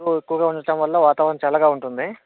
నీరు ఎక్కువగా ఉండటం వల్ల వాతావరణం చల్లగా ఉంటుంది